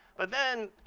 but then,